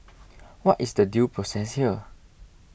what is the due process here